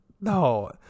No